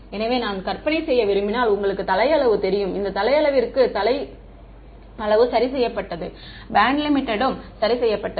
எனவே நான் கற்பனை செய்ய விரும்பினால் உங்களுக்கு தலை அளவு தெரியும் இந்த தலை அளவிற்கு தலை அளவு சரி செய்யப்பட்டது பேண்ட் லிமிடெட் ம் சரி செய்யப்பட்டது